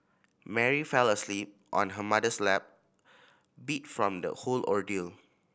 Mary fell asleep on her mother's lap beat from the whole ordeal